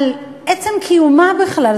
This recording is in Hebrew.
על עצם קיומה בכלל.